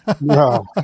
No